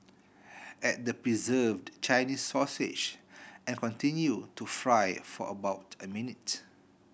add the preserved Chinese sausage and continue to fry for about a minute